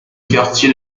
quartier